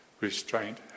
Restraint